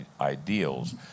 ideals